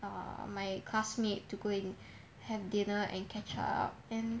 err my classmate to go and have dinner and catch up and